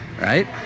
right